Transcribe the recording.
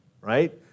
right